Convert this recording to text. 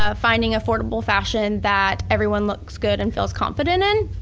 ah finding affordable fashion that everyone looks good and feels confident in.